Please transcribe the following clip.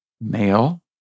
male